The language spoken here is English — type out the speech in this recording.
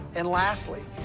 and lastly,